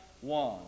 one